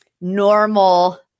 normal